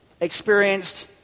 experienced